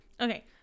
Okay